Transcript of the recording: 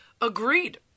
Agreed